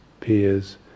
peers